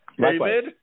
David